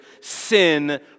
sin